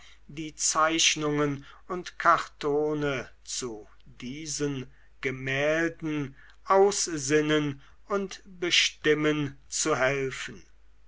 die zeichnungen und kartone zu diesen gemälden aussinnen und bestimmen zu helfen